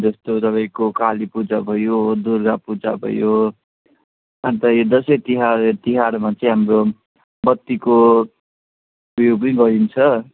जस्तो तपाईँको काली पूजा भयो दुर्गा पूजा भयो अनि त यो दसैँ तिहार तिहारमा चाहिँ हाम्रो बत्तीको ऊ यो पनि गरिन्छ